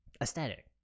aesthetic